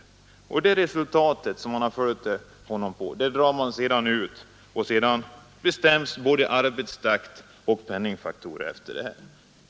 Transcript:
Sedan utgår man från de resultat man fått då man följt honom och drar konsekvensen av det både vid bestämmande av arbetstakt och lönesättning.